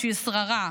בשביל שררה.